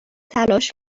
تلاش